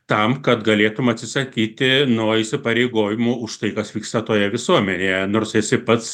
tam kad galėtum atsisakyti nuo įsipareigojimų už tai kas vyksta toje visuomenėje nors esi pats